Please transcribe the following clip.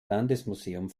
landesmuseum